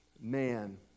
man